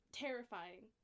terrifying